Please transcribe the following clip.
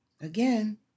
again